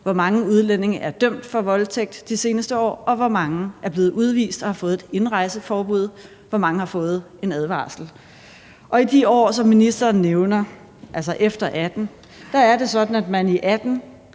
hvor mange udlændinge der er dømt for voldtægt de seneste år, hvor mange der er blevet udvist og har fået et indrejseforbud, og hvor mange der har fået en advarsel. Og i de år, som ministeren nævner, altså efter 2018, er det sådan, at det i 2018